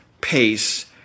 pace